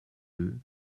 deux